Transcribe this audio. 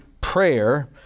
prayer